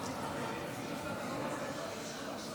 ביטחוני, והוא מייד יעלה.